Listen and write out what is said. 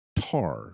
tar